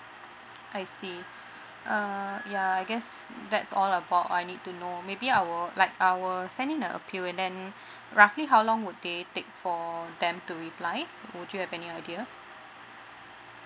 I see uh yeah I guess that's all about I need to know maybe I will like I will send in an appeal and then roughly how long would they take for them to reply would you have any idea